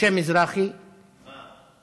משה מזרחי, מה?